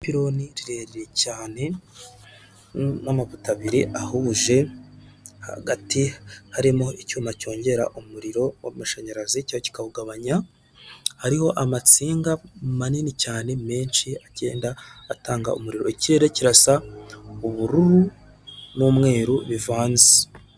ipironi rirerire cyane n'amapoto abiri ahuje, hagati harimo icyuma cyongera umuriro w'amashanyarazi cyangwa kikawugabanya, hariho amatsinga manini cyane menshi agenda atanga umuriro, ikirere kirasa ubururu n'umweru bivanze.